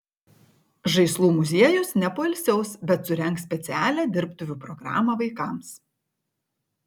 žaislų muziejus nepoilsiaus bet surengs specialią dirbtuvių programą vaikams